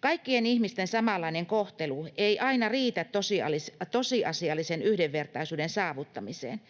Kaikkien ihmisten samanlainen kohtelu ei aina riitä tosiasiallisen yhdenvertaisuuden saavuttamiseen.